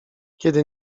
kiedy